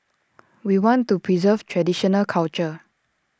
we want to preserve traditional culture